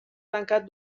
tancat